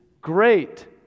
great